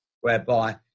whereby